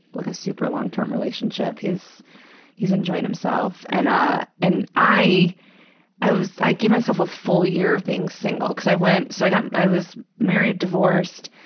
like a super-long-term relationship. he's he's enjoyed himself. and i, and i i was, i gave myself a full year of being single, because i went, so i got, i was married, divorced,